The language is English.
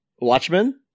watchmen